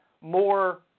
more